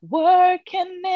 working